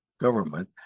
government